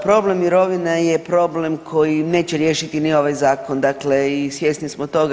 Problem mirovina je problem koji neće riješiti ni ovaj zakon, dakle i svjesni smo toga.